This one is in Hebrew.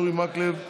אורי מקלב,